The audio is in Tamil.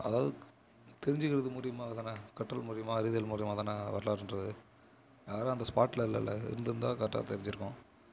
அதாவது தெரிஞ்சிக்கிறதுக்கு முன்னாடின்பாங்கதானே கற்றல் மூலியமாக அறிதல் மூலியமாகதான வரலாறுன்றது அதனால அந்த ஸ்பாட்டில் இல்லைல இருந்துஇருந்தா கரெக்டாக தெரிஞ்சிருக்கும்